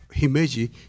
Himeji